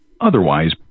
Otherwise